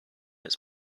its